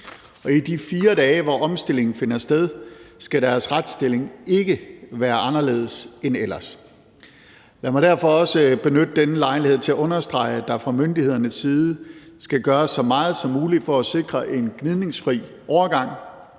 i de 4 dage, hvor omstillingen finder sted, skal deres retsstilling ikke være anderledes end ellers. Lad mig derfor også benytte denne lejlighed til at understrege, at der fra myndighedernes side skal gøres så meget som muligt for at sikre en gnidningsfri overgang.